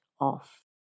off